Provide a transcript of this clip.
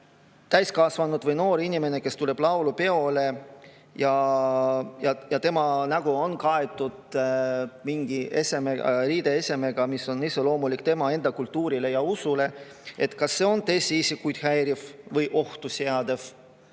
täiskasvanud või noor inimene tuleb laulupeole ja tema nägu on kaetud mingi riideesemega, mis on iseloomulik tema enda kultuurile ja usule, siis kas see on teisi isikuid häiriv või ohtu seadev.